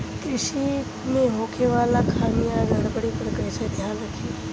कृषि में होखे वाला खामियन या गड़बड़ी पर कइसे ध्यान रखि?